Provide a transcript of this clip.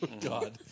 God